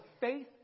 faith